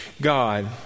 God